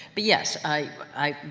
but yes, i, i,